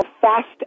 fast